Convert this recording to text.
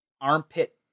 Armpit